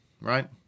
right